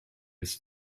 his